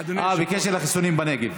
בקשר לחיסונים בנגב.